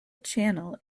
channel